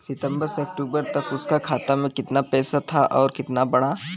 सितंबर से अक्टूबर तक उसका खाता में कीतना पेसा था और कीतना बड़ा?